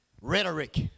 rhetoric